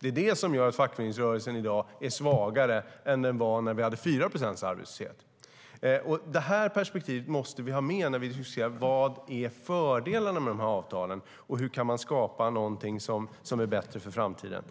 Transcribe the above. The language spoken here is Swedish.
Det är det som gör att fackföreningsrörelsen i dag är svagare än den var när vi hade 4 procents arbetslöshet. Det här perspektivet måste vi ha med när vi diskuterar vad som är fördelarna med de här avtalen och hur vi kan skapa någonting som är bättre för framtiden.